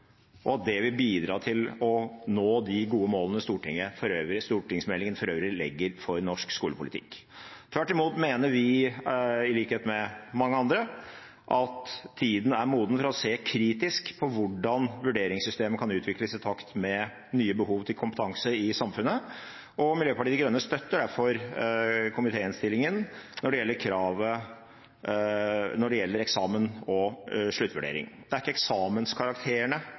og at det vil bidra til å nå de gode målene stortingsmeldingen for øvrig legger for norsk skolepolitikk. Tvert imot mener vi, i likhet med mange andre, at tiden er moden for å se kritisk på hvordan vurderingssystemet kan utvikles i takt med nye behov for kompetanse i samfunnet. Miljøpartiet De Grønne støtter derfor komitéinnstillingen når det gjelder eksamen og sluttvurdering. Det er ikke eksamenskarakterene som skaper ny og framtidsrettet læring i norsk skole, det er